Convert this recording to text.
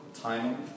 timing